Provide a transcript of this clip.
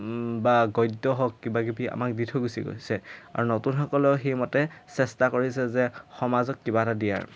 বা গদ্য হওক কিবাকিবি আমাক দি থৈ গুচি গৈছে আৰু নতুনসকলেও সেইমতে চেষ্টা কৰিছে যে সমাজক কিবা এটা দিয়াৰ